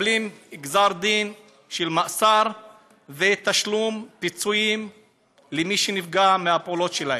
ומקבלים גזר דין של מאסר ותשלום פיצויים למי שנפגע מהפעולות שלהם.